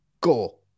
go